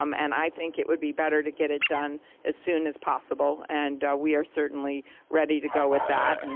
um and i think it would be better it to get it done as soon as possible, and we are certainly ready to go with that. and